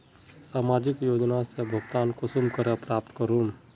सामाजिक योजना से भुगतान कुंसम करे प्राप्त करूम?